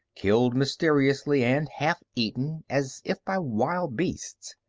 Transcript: killed mysteriously and half eaten, as if by wild beasts.